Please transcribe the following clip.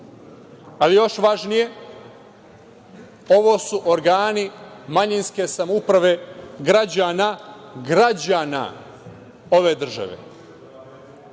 A još važnije – ovo su organi manjinske samouprave građana ove države,